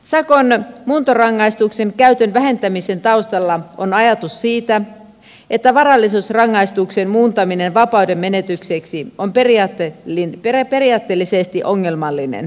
sakon muuntorangaistuksen käytön vähentämisen taustalla on ajatus siitä että varallisuusrangaistuksen muuntaminen vapaudenmenetykseksi on periaatteellisesti ongelmallinen